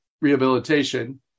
Rehabilitation